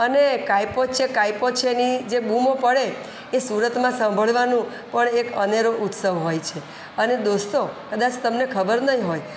અને કાયપો છે કાયપો છે ની જે બૂમો પડે એ સુરતમાં સાંભળવાનું પણ એક અનેરો ઉત્સવ હોય છે અને દોસ્તો કદાચ તમને ખબર નહીં હોય